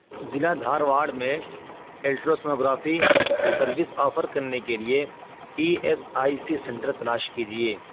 ضلع دھارواڑ میں ultra sonography service offer کرنے کے لیے E S I C centre تلاش کیجیے